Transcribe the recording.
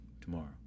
tomorrow